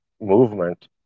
movement